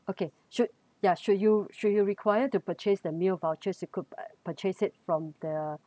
okay should yeah should you should you require to purchase the meal vouchers you could purchase it from the